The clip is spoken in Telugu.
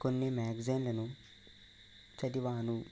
కొన్ని మ్యాగ్జైన్లను చదివాను